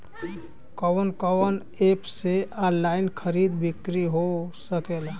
कवन कवन एप से ऑनलाइन खरीद बिक्री हो सकेला?